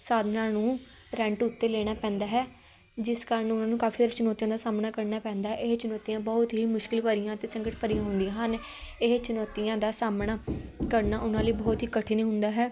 ਸਾਧਨਾ ਨੂੰ ਰੈਂਟ ਉੱਤੇ ਲੈਣਾ ਪੈਂਦਾ ਹੈ ਜਿਸ ਕਾਰਨ ਉਹਨਾਂ ਨੂੰ ਕਾਫੀ ਚੁਣੌਤੀਆਂ ਦਾ ਸਾਹਮਣਾ ਕਰਨਾ ਪੈਂਦਾ ਹੈ ਇਹ ਚੁਣੌਤੀਆਂ ਬਹੁਤ ਹੀ ਮੁਸ਼ਕਿਲ ਭਰੀਆਂ ਅਤੇ ਸੰਕਟ ਭਰੀਆਂ ਹੁੰਦੀਆਂ ਹਨ ਇਹ ਚੁਣੌਤੀਆਂ ਦਾ ਸਾਹਮਣਾ ਕਰਨਾ ਉਹਨਾਂ ਲਈ ਬਹੁਤ ਹੀ ਕਠਿਨ ਹੁੰਦਾ ਹੈ